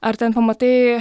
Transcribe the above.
ar ten pamatai